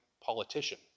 politician